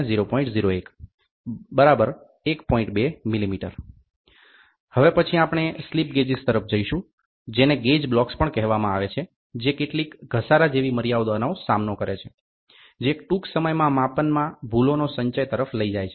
2 mm હવે પછી આપણે સ્લિપ ગેજીસ તરફ જઈશું જેને ગેજ બ્લોક્સ પણ કહેવામાં આવે છે જે કેટલીક ઘસારા જેવી મર્યાદાઓનો સામનો કરે છે જે ટૂંક સમયમાં માપનમાં ભૂલોના સંચય તરફ લઇ જાય છે